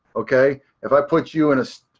okay? if i put you in a.